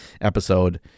episode